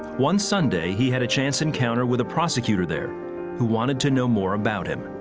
one sunday he had a chance encounter with a prosecutor there who wanted to know more about him.